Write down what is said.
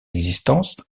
existence